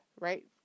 right